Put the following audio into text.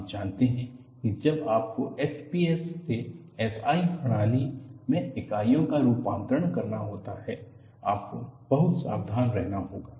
आप जानते हैं की जब आपको fps से SI प्रणाली में इकाइयों का रूपांतरण करना होता है आपको बहुत सावधान रहना होगा